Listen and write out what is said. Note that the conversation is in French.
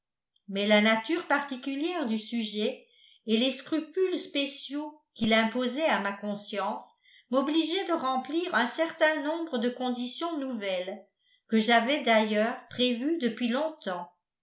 mais la nature particulière du sujet et les scrupules spéciaux qu'il imposait à ma conscience m'obligeaient de remplir un certain nombre de conditions nouvelles que j'avais d'ailleurs prévues depuis longtemps